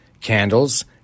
candles